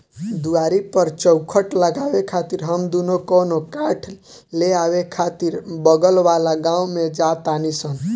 दुआरी पर चउखट लगावे खातिर हम दुनो कवनो काठ ले आवे खातिर बगल वाला गाँव में जा तानी सन